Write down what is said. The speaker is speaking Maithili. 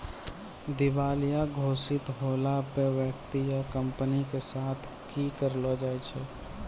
दिबालिया घोषित होला पे व्यक्ति या कंपनी के साथ कि करलो जाय छै?